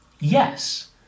yes